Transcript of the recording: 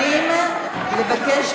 אני מקשיב, אני מזדעק.